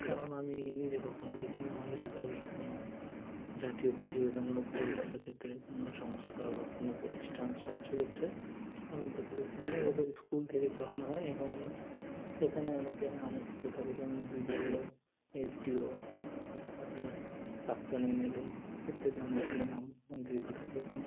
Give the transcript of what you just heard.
কারণ আমি নিজে কখনও দেখিনি আমার এলাকার কোনো জাতীয় প্রতিযোগিতামূলক পরীক্ষার ক্ষেত্রে কোনো সংস্থা বা কোনো প্রতিষ্ঠান সাহায্য করছে আমি যতদূর জানি এগুলো স্কুল থেকে করানো হয় এবং এখানে অনেকে আমন্ত্রিত থাকে যেমন B D O S D O আপনার প্রাক্তন এম এল এ ইত্যাদি অনেকজনই আমন্ত্রিত থাকে এখানে